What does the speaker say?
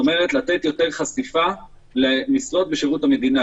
כלומר, לתת יותר חשיפה למשרות בשירות המדינה.